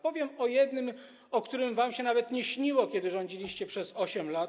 Powiem o jednym, o którym wam się nawet nie śniło, kiedy rządziliście przez 8 lat.